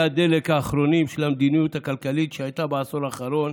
הדלק האחרונים של המדיניות הכלכלית שהייתה בעשור האחרון,